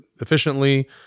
efficiently